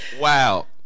Wow